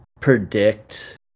predict